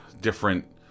different